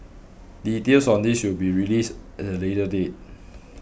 details on this will be released at a later date